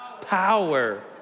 power